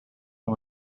are